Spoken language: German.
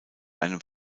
einem